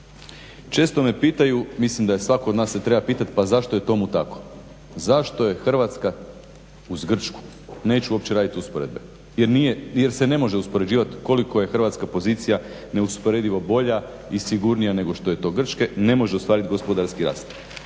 Često me pitaju, mislim da svatko od nas se treba pitati pa zašto je tomu tako. Zašto je Hrvatska uz Grčku, neću uopće radit usporedbe jer se ne može uspoređivat koliko je hrvatska pozicija neusporedivo bolja i sigurnija nego što je to Grčke ne može ostvariti gospodarski rast.